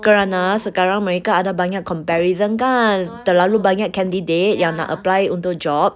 kerana sekarang mereka ada banyak comparison kan terlalu banyak candidate yang nak apply untuk job